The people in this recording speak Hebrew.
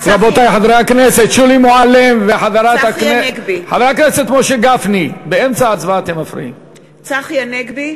צחי הנגבי,